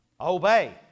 obey